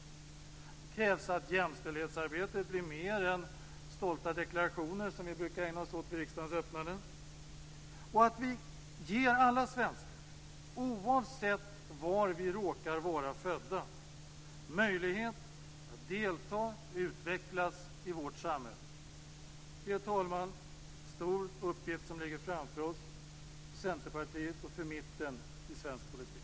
Det krävs att jämställdhetsarbetet blir mer än stolta deklarationer, som vi brukar ägna oss åt vid riksdagens öppnande, och att vi ger alla svenskar, oavsett var man råkar vara född, möjlighet att delta och utvecklas i vårt samhälle. Det är, herr talman, en stor uppgift som ligger framför oss, för Centerpartiet och för mitten i svensk politik.